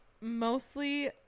mostly